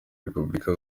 repubulika